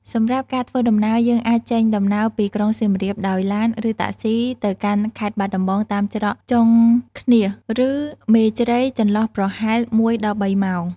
សម្រាប់ការធ្វើដំណើរយើងអាចចេញដំណើរពីក្រុងសៀមរាបដោយឡានឬតាក់ស៊ីទៅកាន់ខេត្តបាត់ដំបងតាមច្រកចុងឃ្នាសឬ មេជ្រៃចន្លោះប្រហែល១ដល់៣ម៉ោង។